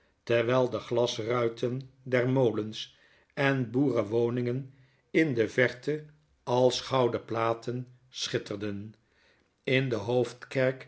terwyl de glasruiten der molens en boerenwoningen in de verte als gouden platen schitterden in de hoofdkerk